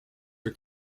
for